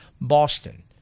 Boston